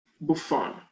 Buffon